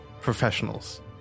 professionals